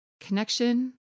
connection